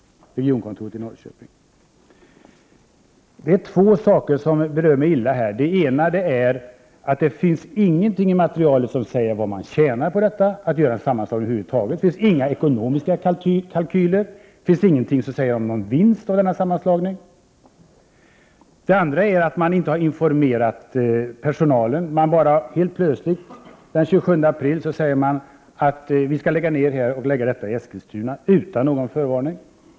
Detta framgår på sida efter sida. Två saker berör mig illa. Det ena är att det inte finns något i materialet som anger vad man tjänar på att över huvud taget göra en sammanslagning. Det finns inga ekonomiska kalkyler. Det finns inte heller något som anger att denna sammanslagning skulle ge någon vinst. Det andra som berör mig illa är att personalen inte har informerats. Helt plötsligt, utan förvarning, sägs det till personalen den 27 april att regionkontoret i Norrköping skall läggas ned och i stället placeras i Eskilstuna.